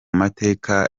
mateka